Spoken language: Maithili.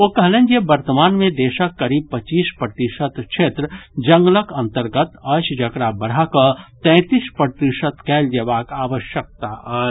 ओ कहलनि जे वर्तमान मे देशक करीब पच्चीस प्रतिशत क्षेत्र जंगलक अन्तर्गत अछि जकरा बढ़ा कऽ तैंतीस प्रतिशत कयल जेबाक आवश्यकता अछि